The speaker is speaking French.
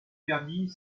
perdit